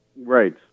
Right